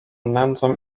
nędzą